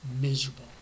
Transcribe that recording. miserable